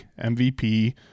MVP